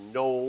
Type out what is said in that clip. no